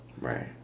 Right